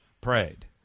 prayed